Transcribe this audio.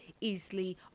easily